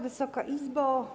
Wysoka Izbo!